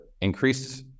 increase